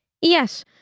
Yes